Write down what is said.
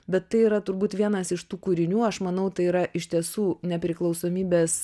bet tai yra turbūt vienas iš tų kūrinių aš manau tai yra iš tiesų nepriklausomybės